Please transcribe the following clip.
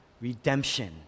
redemption